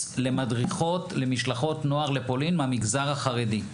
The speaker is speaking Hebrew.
למדריכות למשלחות נוער לפולין מהמגזר החרדי.